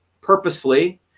purposefully